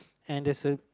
and there's a